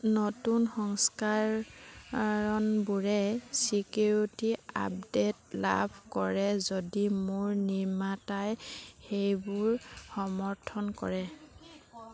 নতুন সংস্কাৰণবোৰে security update লাভ কৰে যদি মোৰ নিৰ্মাতাই সেইবোৰ সমৰ্থন কৰে